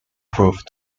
proved